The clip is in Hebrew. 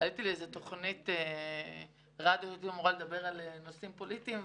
עליתי לאיזו תוכנית רדיו שבה הייתי אמורה לדבר על נושאים פוליטיים,